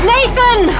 Nathan